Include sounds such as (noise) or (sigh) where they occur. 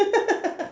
(laughs)